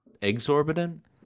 exorbitant